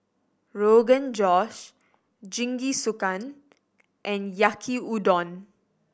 Rogan Josh Jingisukan and Yaki Udon